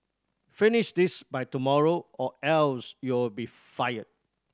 finish this by tomorrow or else you'll be fired